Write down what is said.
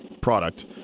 product